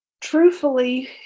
Truthfully